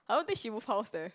I don't think she move house leh